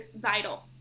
vital